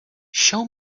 show